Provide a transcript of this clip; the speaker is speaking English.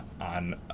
on